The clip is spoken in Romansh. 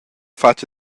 fatg